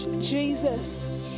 Jesus